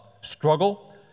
struggle